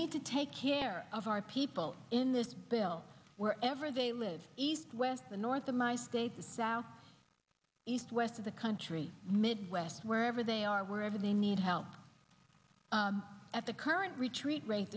need to take care of our people in this bill wherever they live east west the north the my state south east west of the country midwest wherever they are wherever they need help at the current retreat ra